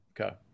Okay